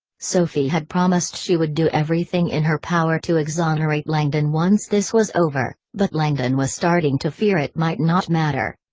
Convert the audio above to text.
sophie had promised she would do everything in her power to exonerate langdon once this was over, but langdon was starting to fear it might not matter.